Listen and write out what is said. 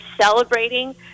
celebrating